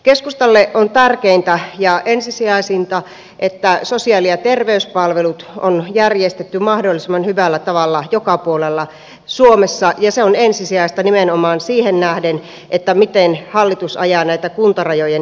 keskustalle on tärkeintä ja ensisijaisinta että sosiaali ja terveyspalvelut on järjestetty mahdollisimman hyvällä tavalla joka puolella suomessa ja se on ensisijaista nimenomaan siihen nähden miten hallitus ajaa näitä kuntarajojen siirtelyitä